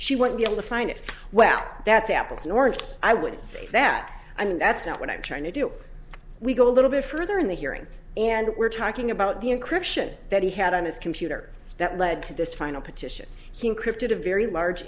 she won't be able to find it well that's apples and oranges i wouldn't say that i mean that's not what i'm trying to do we go a little bit further in the hearing and we're talking about the encryption that he had on his computer that led to this final petition he encrypted a very large